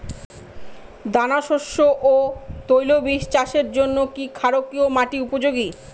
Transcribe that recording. দানাশস্য ও তৈলবীজ চাষের জন্য কি ক্ষারকীয় মাটি উপযোগী?